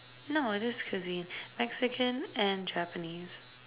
no just cuisine Mexican and Japanese